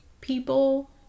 people